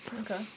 Okay